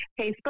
Facebook